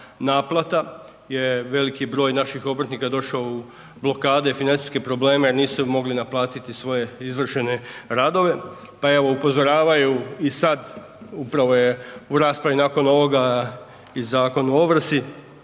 naplata jer veliki broj naših obrtnika je došao u blokade i financijske probleme nisu mogli naplatiti svoje izvršene radove, pa evo upozoravaju i sad upravo je u raspravi nakon ovoga i Zakon o ovrsi,